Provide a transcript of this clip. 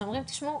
שהם אומרים תשמעו,